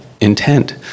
intent